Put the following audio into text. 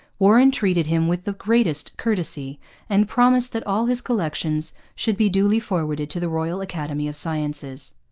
warren treated him with the greatest courtesy and promised that all his collections should be duly forwarded to the royal academy of sciences.